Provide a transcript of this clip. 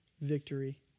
victory